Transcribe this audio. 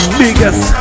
biggest